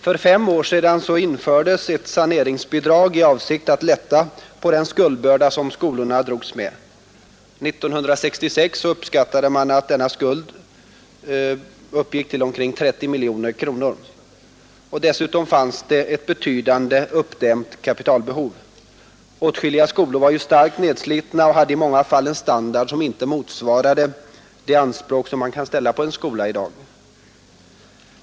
För fem år sedan infördes ett saneringsbidrag i avsikt att lätta på den skuldbörda som skolorna drogs med. År 1966 uppskattade man att denna skuld uppgick till omkring 30 miljoner kronor. Dessutom fanns det ett betydande uppdämt kapitalbehov. Åtskilliga skolor var starkt nedslitna och hade i många fall en standard som inte motsvarade de anspråk man kan ställa på en skola i dag.